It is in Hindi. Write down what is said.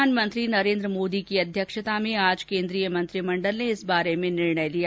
प्रधानमंत्री नरेन्द्र मोदी की अध्यक्षता में आज केन्द्रीय मंत्रिमंडल ने इस बारे में निर्णय लिया